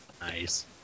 Nice